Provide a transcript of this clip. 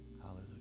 hallelujah